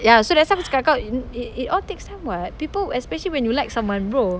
ya so that's why aku cakap kau it it all takes time [what] people especially when you like someone bro